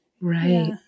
Right